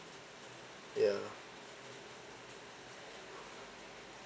ya